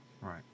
Right